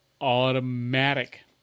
Automatic